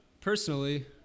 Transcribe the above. Personally